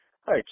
Hi